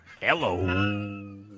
Hello